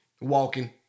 walking